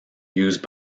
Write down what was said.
used